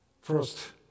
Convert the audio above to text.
First